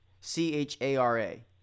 C-H-A-R-A